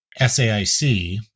SAIC